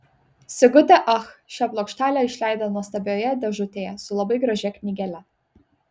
sigutė ach šią plokštelę išleido nuostabioje dėžutėje su labai gražia knygele